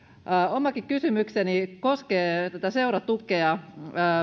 omakin kysymykseni koskee tätä seuratukea